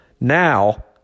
Now